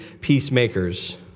peacemakers